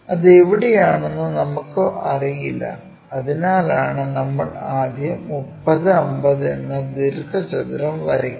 അത് എവിടെയാണെന്ന് നമുക്ക് അറിയില്ല അതിനാലാണ് നമ്മൾ ആദ്യം 30 50 എന്ന ദീർഘചതുരം വരയ്ക്കുന്നത്